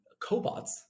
cobots